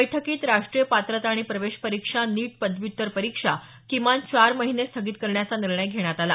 बैठकीत राष्ट्रीय पात्रता आणि प्रवेश परीक्षा नीट पदव्युत्तर परीक्षा किमान चार महिने स्थगित करण्याचा निर्णय घेण्यात आला